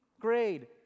grade